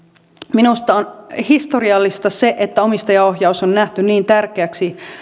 minusta on historiallista se että omistajaohjaus on nähty niin tärkeäksi